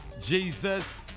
Jesus